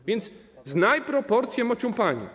A więc znaj proporcje, mocium panie.